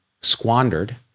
squandered